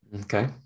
Okay